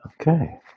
Okay